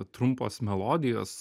trumpos melodijos